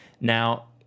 now